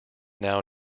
now